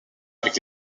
avec